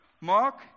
Mark